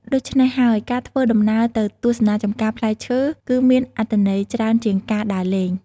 ដូច្នេះហើយ ការធ្វើដំណើរទៅទស្សនាចម្ការផ្លែឈើគឺមានអត្ថន័យច្រើនជាងការដើរលេង។